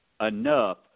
enough